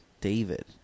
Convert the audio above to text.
David